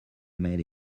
met